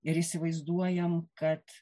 ir įsivaizduojam kad